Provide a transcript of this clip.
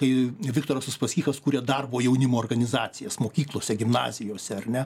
kai viktoras uspaskichas kurė darbo jaunimo organizacijas mokyklose gimnazijose ar ne